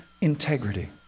integrity